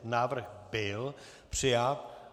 Návrh byl přijat.